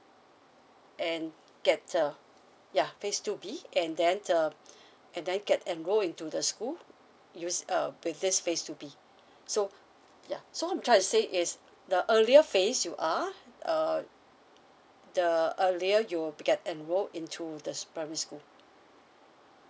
and get a ya phase two B and then um and then get enroll into the school use um with this phase two B so ya so I'm trying to say is the earlier phase you are uh the earlier you'll get enrolled into the primary school